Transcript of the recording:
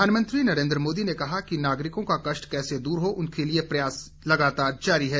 प्रधानमंत्री नरेन्द्र मोदी ने कहा कि नागरिकों का कष्ट कैसे दूर हो उसके लिए प्रयास लगातार जारी है